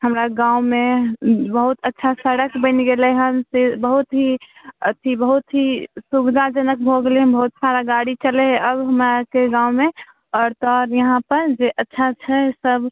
हमरा गाममे बहुत अच्छा सड़क बनि गेलै हँ से बहुत ही अथी बहुत ही सुविधाजनक भऽ गेलै बहुत सारा गाड़ी चलै हइ आब हमरा आओरके गाममे आओर तऽ आओर इहाँपर जे अच्छा छै सब